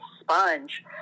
sponge